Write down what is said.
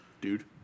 Dude